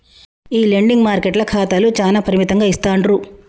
ఈ లెండింగ్ మార్కెట్ల ఖాతాలు చానా పరిమితంగా ఇస్తాండ్రు